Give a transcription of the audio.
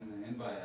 אין בעיה,